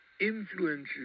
influences